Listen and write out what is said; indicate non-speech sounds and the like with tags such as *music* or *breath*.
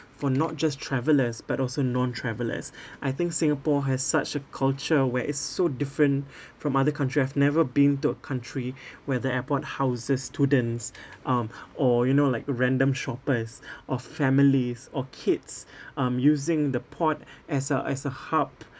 for not just travellers but also non-travellers *breath* I think singapore has such a culture where it's so different *breath* from other country I've never been to a country *breath* where the airport houses students *breath* um or you know like random shoppers *breath* or families or kids *breath* um using the port as a as a hub